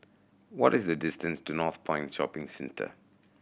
what is the distance to Northpoint Shopping Centre